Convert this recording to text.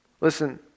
Listen